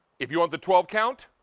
if you want the twelve count,